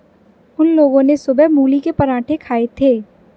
उन लोगो ने सुबह मूली के पराठे खाए थे